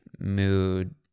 mood